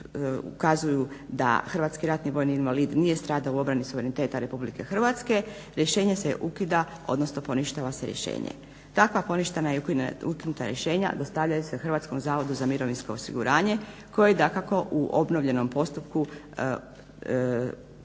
ukazuju da hrvatski ratni vojni invalid nije stradao u obrani suvremeniteta Republike Hrvatske rješenje se ukida, odnosno poništava se rješenje. Takva poništena i ukinuta rješenja dostavljaju se Hrvatskom zavodu za mirovinsko osiguranje koji dakako u obnovljenom postupku